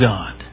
God